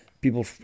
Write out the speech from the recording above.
People